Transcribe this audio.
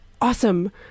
awesome